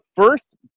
first